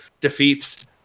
defeats